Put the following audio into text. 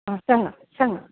आं सांगां सांगां